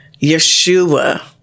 Yeshua